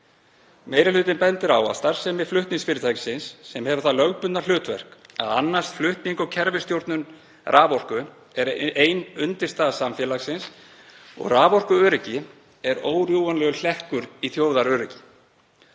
Meiri hlutinn bendir á að starfsemi flutningsfyrirtækisins, sem hefur það lögbundna hlutverk að annast flutning og kerfisstjórnun raforku, er ein undirstaða samfélagsins og raforkuöryggi er órjúfanlegur hlekkur í þjóðaröryggi.